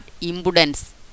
impudence